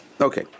Okay